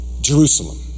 Jerusalem